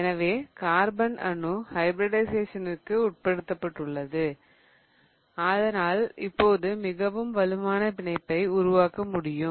எனவே கார்பன் அணு ஹைபிரிடிஷயேசனிற்கு உட்பட்டுள்ளது அதனால் இப்போது மிகவும் வலுவான பிணைப்பை உருவாக்க முடியும்